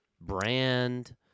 brand